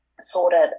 sorted